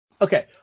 Okay